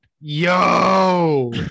Yo